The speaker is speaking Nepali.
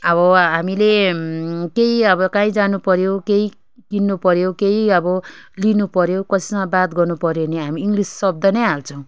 अब हामीले केही अब काहीँ जानु पऱ्यो केही किन्नु पऱ्यो अब केही अब लिनुपऱ्यो कसैसँग बात गर्नुपऱ्यो भने हामी इङ्ग्लिस शब्द नै हाल्छौँ